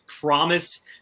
promise